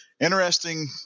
interesting